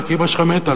רק אמא שלך מתה,